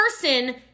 person